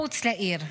מחוץ לעיר.